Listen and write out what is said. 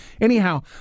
Anyhow